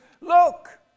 look